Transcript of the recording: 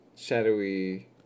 shadowy